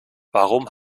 warum